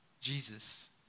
Jesus